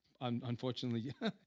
unfortunately